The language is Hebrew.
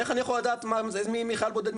איך אני יכול לדעת מי חייל בודד,